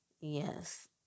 yes